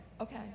Okay